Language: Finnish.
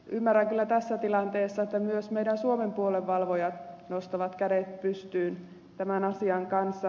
ymmärrän kyllä tässä tilanteessa että myös meidän suomen puolen valvojat nostavat kädet pystyyn tämän asian kanssa